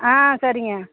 ஆ சரிங்க